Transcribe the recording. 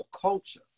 culture